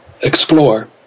explore